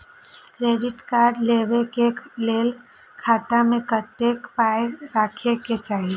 Credit card लेबै के लेल खाता मे कतेक पाय राखै के चाही?